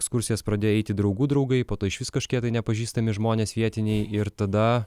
ekskursijas pradėjo eiti draugų draugai po to išvis kažkokie tai nepažįstami žmonės vietiniai ir tada